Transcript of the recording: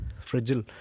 Fragile